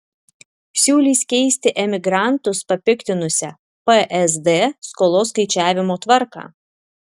siūlys keisti emigrantus papiktinusią psd skolos skaičiavimo tvarką